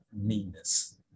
meanness